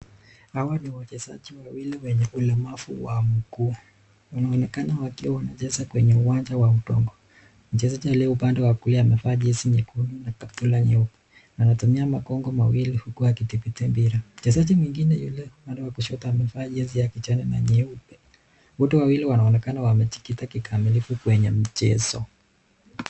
Hawa ni wachezaji wawili wenye ulemavu wa mguu, wanaonekana wakiwa wanacheza kwenye uwanja wa udongo. Mchezaji aliye upande wa kulia amevaa jezi nyekundu na kaptura nyeupe, anatumia makongo mawili huku akithibiti mpira. Mchezaji mwingine yule upande wa kushoto amevaa jezi ya kijani na nyeupe, wote wawili wanaonekana wamejikita kikamilifu kwenye mchezo.